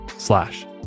Slash